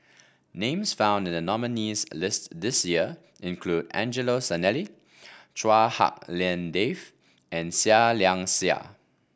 names found in the nominees' list this year include Angelo Sanelli Chua Hak Lien Dave and Seah Liang Seah